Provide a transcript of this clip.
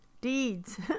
deeds